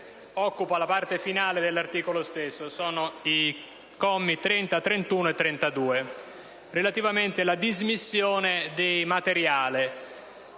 occupa la parte finale dell'articolo stesso, ai commi 30, 31 e 32, relativi alla dismissione del materiale,